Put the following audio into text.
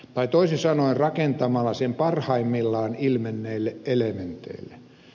tai toisin sanoen rakentamalla sen parhaimmillaan ilmenneille elementeille